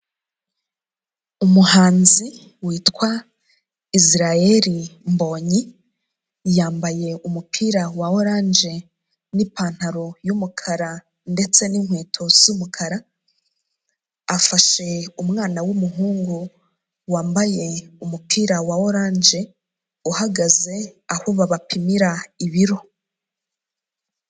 Umuhanzi witwa Israel MBONYI yambaye umupira wa oranje n'ipantaro y'umukara ndetse n'inkweto z'umukara, afashe umwana w'umuhungu wambaye umupira wa oranje uhagaze aho babapimira ibiro.